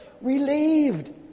relieved